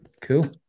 Cool